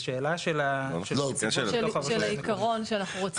של העיקרון שאנחנו רוצים לשמור עליו.